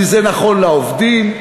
כי זה נכון לעובדים,